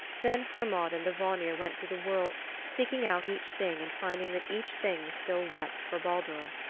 then hermod and the vanir went through the world seeking out each thing and finding that each thing still wept for baldur.